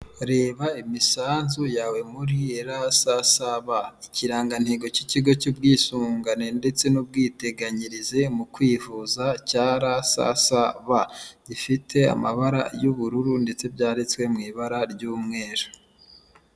Reba imisanzu yawe muri erasasaba, ikirangantego cy'ikigo cy'ubwisungane ndetse n'ubwiteganyirize mu kwivuza cya rasasaba gifite amabara y'ubururu ndetse byanditswe mu ibara ry'umweru.